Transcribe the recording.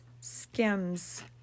Skims